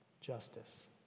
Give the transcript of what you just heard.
justice